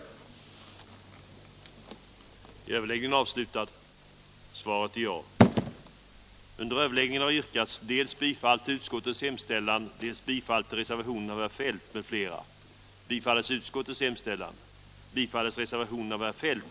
den det ej vill röstar nej. underlätta företagens uppgiftslämnande samhet på kulturområdet